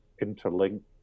interlinked